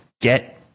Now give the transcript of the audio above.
Get